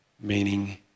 meaning